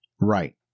Right